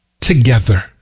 together